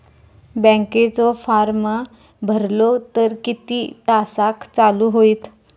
बँकेचो फार्म भरलो तर किती तासाक चालू होईत?